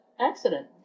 accident